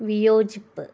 വിയോജിപ്പ്